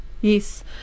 Yes